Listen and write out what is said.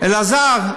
אלעזר,